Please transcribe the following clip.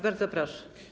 Bardzo proszę.